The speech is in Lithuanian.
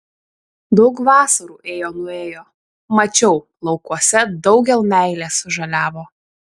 daug vasarų ėjo nuėjo mačiau laukuose daugel meilės žaliavo